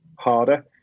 harder